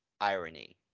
irony